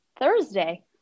Thursday